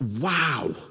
Wow